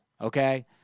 okay